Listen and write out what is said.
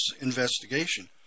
investigation